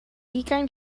ugain